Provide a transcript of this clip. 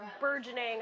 burgeoning